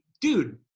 Dude